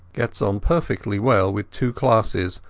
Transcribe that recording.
gets on perfectly well with two classes,